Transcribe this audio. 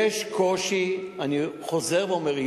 אני חוזר ואומר,